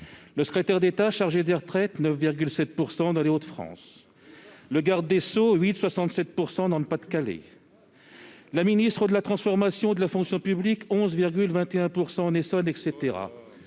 le secrétaire d'État chargé des retraites à 9,7 % dans les Hauts-de-France ; le garde des sceaux à 8,67 % dans le Pas-de-Calais ; la ministre de la transformation et de la fonction publiques à 11,21 % en Essonne, etc.